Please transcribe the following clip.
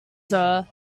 sir